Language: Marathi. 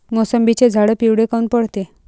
मोसंबीचे झाडं पिवळे काऊन पडते?